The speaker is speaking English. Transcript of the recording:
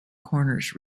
corners